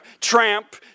tramp